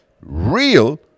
real